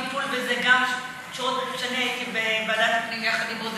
התחלנו טיפול בזה גם כשאני הייתי בוועדת הפנים יחד עם מוזס.